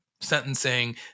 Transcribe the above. sentencing